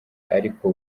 ariko